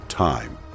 Time